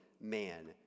man